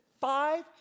five